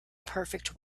perfect